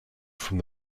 from